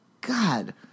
God